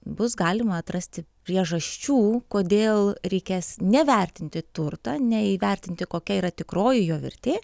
bus galima atrasti priežasčių kodėl reikės nevertinti turtą neįvertinti kokia yra tikroji jo vertė